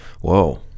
whoa